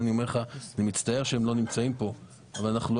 אני מצטער שהם לא כאן אבל אנחנו לא